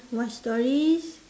what stories